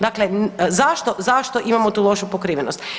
Dakle, zašto imamo tu lošu pokrivenost?